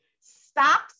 stop